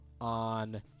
on